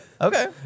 Okay